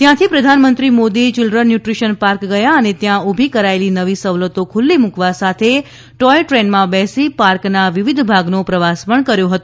ત્યાંથી પ્રધાનમંત્રી Modi children nutrition park ગયા હતા અને ત્યાં ઊભી કરાયેલી નવી સવલતો ખુલ્લી મૂકવા સાથે ટોય ટ્રેન માં બેસી પાર્ક ના વિવિધ ભાગ નો પ્રવાસ પણ કર્યો હતો